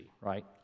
right